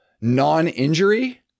non-injury